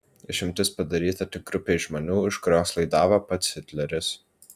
išimtis padaryta tik grupei žmonių už kuriuos laidavo pats hitleris